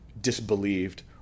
disbelieved